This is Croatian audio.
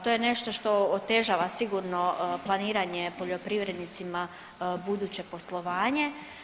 To je nešto što otežava sigurno planiranje poljoprivrednicima buduće poslovanje.